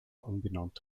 umbenannt